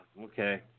Okay